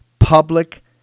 public